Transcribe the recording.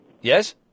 Yes